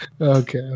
okay